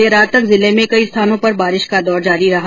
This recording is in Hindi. देर रात तक जिले में कई स्थानों पर बारिश का दौर जारी रहा